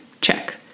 Check